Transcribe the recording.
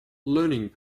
learning